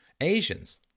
Asians